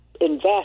invest